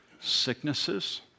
Sicknesses